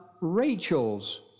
Rachel's